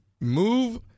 move